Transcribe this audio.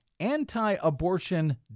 anti-abortion